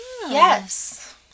Yes